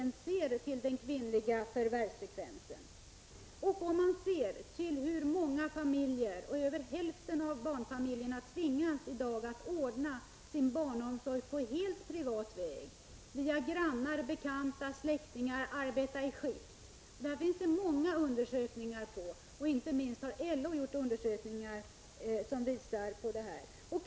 Man behöver bara se på kvinnornas förvärvsfrekvens eller på det faktum att över hälften av barnfamiljerna i dag tvingas att ordna sin barnomsorg helt på privat väg, via grannar, bekanta och släktingar, eller genom att arbeta i skift. Många undersökningar visar att det är så. Inte minst LO har gjort undersökningar där detta slås fast.